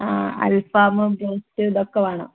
ആ അൽഫാമും റോസ്റ്റ് ഇതൊക്കെ വേണം